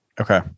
Okay